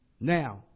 Now